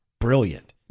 brilliant